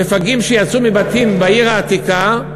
מפגעים שיצאו מבתים בעיר העתיקה,